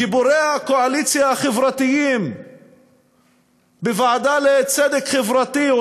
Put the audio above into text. גיבורי הקואליציה החברתיים בוועדה לצדק חברתי,